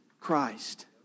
Christ